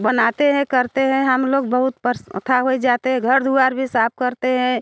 बनाते हैं करते हैं हम लोग बहुत पर्स उठा होए जाते हैं घर द्वार भी साफ़ करते हैं